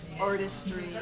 artistry